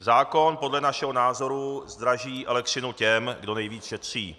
Zákon podle našeho názoru zdraží elektřinu těm, kdo nejvíc šetří.